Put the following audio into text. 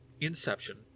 Inception